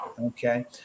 okay